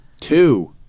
Two